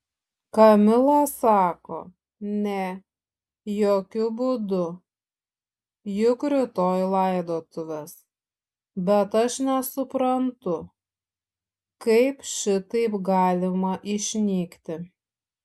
kamila sako ne jokiu būdu juk rytoj laidotuvės bet aš nesuprantu kaip šitaip galima išnykti